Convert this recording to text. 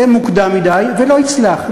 מוקדם מדי ולא יצלח.